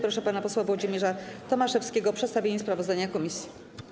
Proszę pana posła Włodzimierza Tomaszewskiego o przedstawienie sprawozdania komisji.